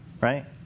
right